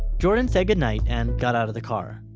jordan said goodnight and got out of the car.